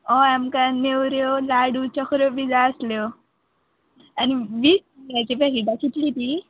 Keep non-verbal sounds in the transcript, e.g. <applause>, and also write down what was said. हय आमकां नेवऱ्यो लाडू चकऱ्यो बी जाय आसल्यो आनी वीस <unintelligible> पॅकेटां कितलीं तीं